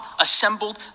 assembled